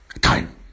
time